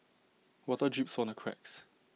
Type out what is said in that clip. water drips from the cracks